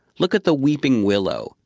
look at the weeping willow.